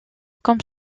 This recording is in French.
comme